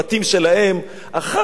אחר כך תדברו על שוויון.